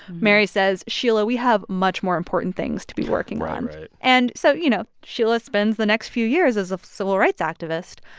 mary says, sheila, we have much more important things to be working on and so, you know, sheila spends the next few years as a civil rights activist.